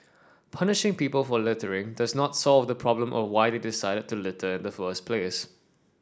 punishing people for littering does not solve the problem of why they decided to litter in the first place